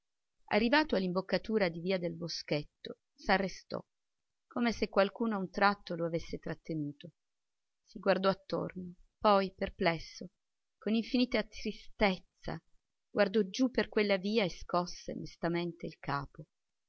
arrivato all'imboccatura di via del boschetto s'arrestò come se qualcuno a un tratto lo avesse trattenuto si guardò attorno poi perplesso con infinita tristezza guardò giù per quella via e scosse mestamente il capo